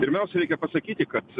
pirmiausia reikia pasakyti kad